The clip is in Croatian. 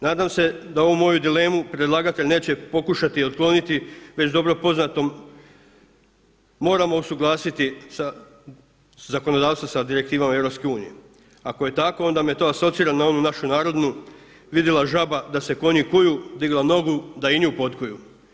Nadam se da ovu moju dilemu predlagatelj neće pokušati otkloniti već dobro poznatom, moramo usuglasiti zakonodavstvo sa direktivama EU, ako je tako onda me to asocira na onu našu narodnu, vidjela žaba da se konji kuju, digla nogu da i nju potkuju.